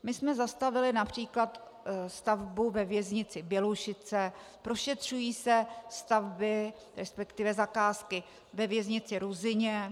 My jsme zastavili například stavbu ve věznici Bělušice, prošetřují se stavby, resp. zakázky ve věznici Ruzyně.